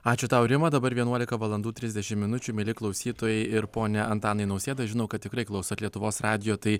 ačiū tau rima dabar vienuolika valandų trisdešim minučių mieli klausytojai ir pone antanai nausėda žinau kad tikrai klausot lietuvos radijo tai